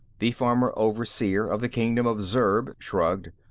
the former overseer of the kingdom of zurb shrugged.